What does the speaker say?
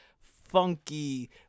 funky